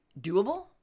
doable